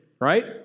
right